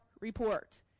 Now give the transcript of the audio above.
report